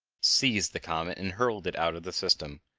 seized the comet and hurled it out of the system,